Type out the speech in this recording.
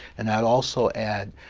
and i'd also add,